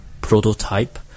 Prototype